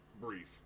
brief